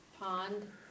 pond